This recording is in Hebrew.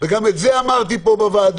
וגם את זה אמרתי כאן בוועדה.